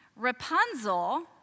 Rapunzel